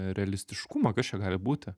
realistiškumą kas čia gali būti